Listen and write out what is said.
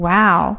Wow